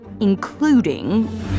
including